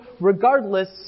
regardless